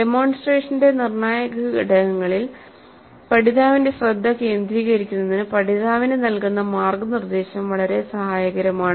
ഡെമോൺസ്ട്രേഷന്റെ നിർണായക ഘടകങ്ങളിൽ പഠിതാവിന്റെ ശ്രദ്ധ കേന്ദ്രീകരിക്കുന്നതിനു പഠിതാവിനു നൽകുന്ന മാർഗ്ഗനിർദ്ദേശം വളരെ സഹായകരമാണ്